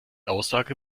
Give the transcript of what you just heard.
aussage